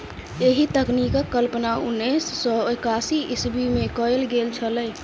एहि तकनीकक कल्पना उन्नैस सौ एकासी ईस्वीमे कयल गेल छलै